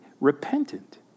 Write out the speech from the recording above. repentant